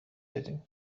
دادیم